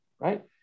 right